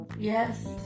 Yes